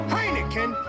Heineken